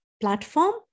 platform